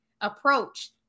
approach